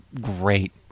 great